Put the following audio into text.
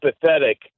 pathetic